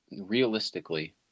realistically